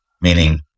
Meaning